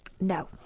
No